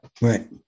Right